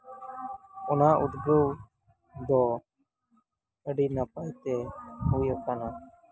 ᱚᱱᱟ ᱩᱫᱜᱟᱹᱣ ᱫᱚ ᱟᱹᱰᱤ ᱱᱟᱯᱟᱭ ᱛᱮ ᱦᱩᱭ ᱟᱠᱟᱱᱟ